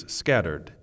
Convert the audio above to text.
scattered